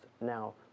now